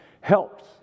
Helps